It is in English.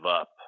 up